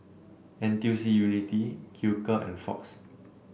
N T U C Unity Hilker and Fox